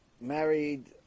married